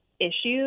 issues